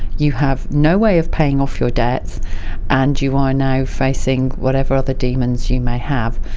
you have no way of paying off your debts and you are now facing whatever other demons you may have,